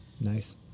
nice